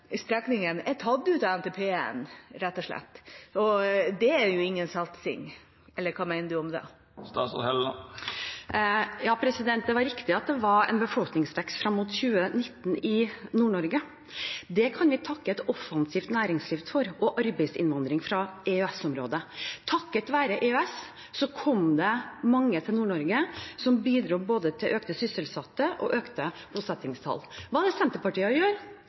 tatt ut av NTP. Det er jo ingen satsing – eller hva mener statsråden om det? Det er riktig at det var en befolkningsvekst frem til 2019 i Nord-Norge. Det kan vi takke et offensivt næringsliv og arbeidsinnvandring fra EØS-området for. Takket være EØS kom det mange til Nord-Norge som bidro både til økt sysselsetting og økte bosettingstall. Hva gjør Senterpartiet? Jo, de har tenkt å